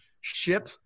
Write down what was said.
ship